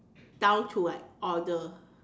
down to like order